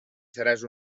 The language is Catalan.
seràs